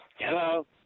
Hello